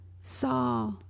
saw